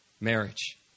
marriage